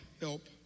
help